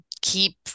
keep